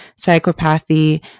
psychopathy